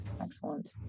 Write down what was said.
excellent